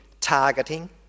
targeting